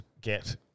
get